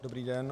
Dobrý den.